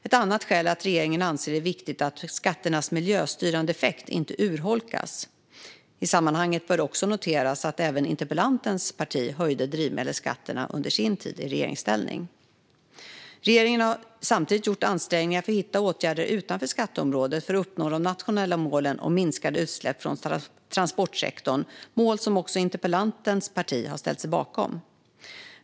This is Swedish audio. Ett annat skäl är att regeringen anser att det är viktigt att skatternas miljöstyrande effekt inte urholkas. I sammanhanget bör det också noteras att även interpellantens parti höjde drivmedelsskatterna under sin tid i regeringsställning. Regeringen har samtidigt gjort ansträngningar för att hitta åtgärder utanför skatteområdet för att uppnå de nationella målen om minskade utsläpp från transportsektorn, mål som också interpellantens parti har ställt sig bakom.